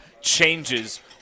changes